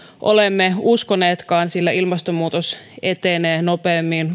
olemme uskoneetkaan sillä ilmastonmuutos etenee nopeammin